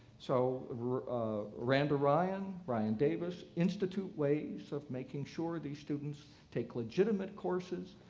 so randa ryan, brian davis institute ways of making sure these students take legitimate courses,